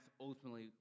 ultimately